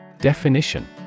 Definition